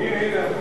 הנה, הנה החוק.